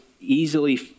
easily